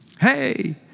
Hey